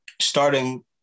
starting